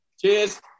Cheers